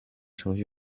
程序